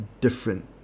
different